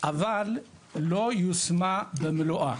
אבל לא יושמה במלואה.